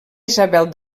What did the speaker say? isabel